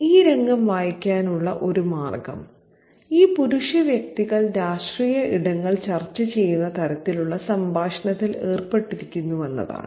ഈ രംഗം വായിക്കാനുള്ള ഒരു മാർഗം ഈ പുരുഷ വ്യക്തികൾ രാഷ്ട്രീയ ഇടങ്ങൾ ചർച്ച ചെയ്യുന്ന തരത്തിലുള്ള സംഭാഷണത്തിൽ ഏർപ്പെട്ടിരിക്കുന്നുവെന്നതാണ്